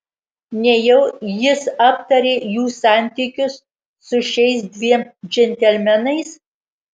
nejau jis aptarė jų santykius su šiais dviem džentelmenais